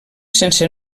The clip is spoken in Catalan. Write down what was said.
sense